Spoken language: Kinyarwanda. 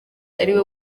ariwe